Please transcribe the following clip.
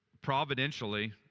providentially